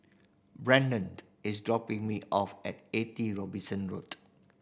is dropping me off at Eighty Robinson Road